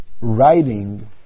writing